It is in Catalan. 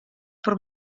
per